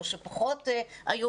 או שהיו פחות דומיננטיות,